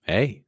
Hey